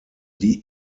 die